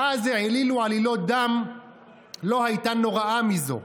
מאז העלילו עלילות דם לא הייתה נוראה מזו",